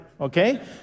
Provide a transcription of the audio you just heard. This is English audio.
Okay